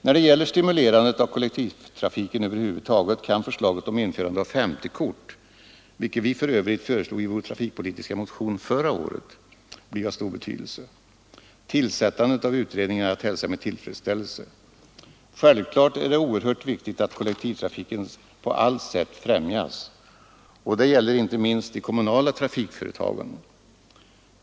När det gäller stimulerandet av kollektivtrafiken över huvud taget kan förslaget om införande av SO-kort, som vi för övrigt föreslog i vår trafikpolitiska motion förra året, bli av stor betydelse. Tillsättandet av utredningen är att hälsa med tillfredsställelse. Självklart är det oerhört viktigt att kollektivtrafiken på allt sätt främjas. Detta gäller inte minst de kommunala trafikföretagen.